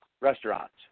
restaurants